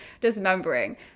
dismembering